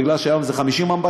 בגלל שהיום זה 50 אמבטיות,